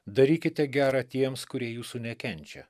darykite gera tiems kurie jūsų nekenčia